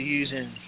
using